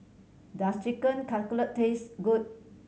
does Chicken Cutlet taste good